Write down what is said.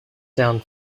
down